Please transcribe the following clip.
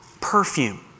perfume